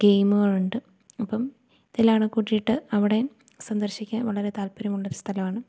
ഗേമുകളുണ്ട് അപ്പം ഇതെല്ലാടെ കൂട്ടീട്ട് അവിടേം സന്ദർശിക്കാൻ വളരെ താൽപര്യം ഉള്ളൊരു സ്ഥലമാണ്